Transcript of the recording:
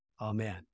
Amen